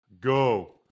go